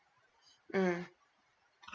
mm